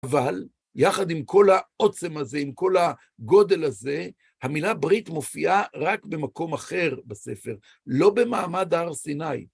אבל, יחד עם כל העוצם הזה, עם כל הגודל הזה, המילה ברית מופיעה רק במקום אחר בספר, לא במעמד הר סיני.